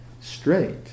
straight